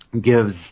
gives